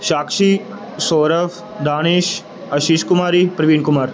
Sakshi Saurav Danesh Ashish Kumari Parveen Kumar